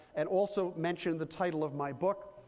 and also mentioned the title of my book.